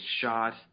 shot